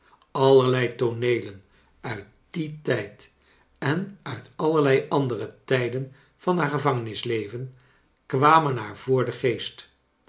allerlei tooneelen nit dien tijd en uit allerlei andere tijden van haar gevangenis leven kwamen haar voor den geest